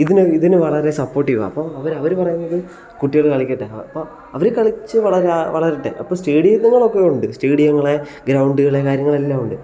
ഇതിന് ഇതിന് വളരെ സപ്പോർട്ടീവാണ് അപ്പം അവറ് അവർ പറയുന്നത് കുട്ടികൾ കളിക്കട്ടെ അപ്പോൾ അവർ കളിച്ച് വളരുക വളരട്ടെ അപ്പോൾ സ്റ്റേഡിയം ഒക്കെ ഉണ്ട് സ്റ്റേഡിയങ്ങൾ ഗ്രൗണ്ടുകൾ കാര്യങ്ങളെല്ലാമുണ്ട്